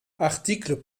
articles